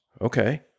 Okay